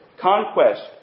Conquest